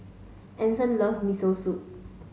Anson love Miso Soup